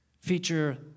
Feature